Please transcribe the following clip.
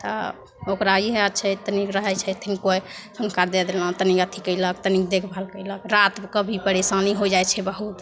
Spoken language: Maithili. तऽ ओकरा इएह छै तनी गो रहै छथिन कोइ हुनका दे देलहुँ तनि अथी कएलक तनि देखभाल कएलक रातिके भी परेशानी हो जाइ छै बहुत